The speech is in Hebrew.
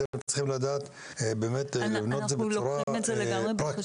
אתם צריכים לדעת לבנות את זה בצורה פרקטית.